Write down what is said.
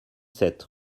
sept